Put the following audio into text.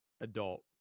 adult